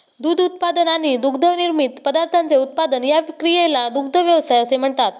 दूध उत्पादन आणि दुग्धनिर्मित पदार्थांचे उत्पादन या क्रियेला दुग्ध व्यवसाय असे म्हणतात